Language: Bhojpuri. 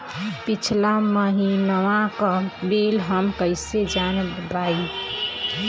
पिछला महिनवा क बिल हम कईसे जान पाइब?